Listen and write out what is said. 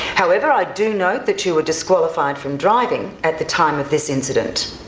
however, i do note that you were disqualified from driving at the time of this incident.